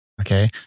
okay